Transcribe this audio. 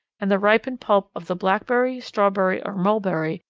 and the ripened pulp of the blackberry, strawberry, or mulberry,